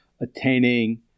attaining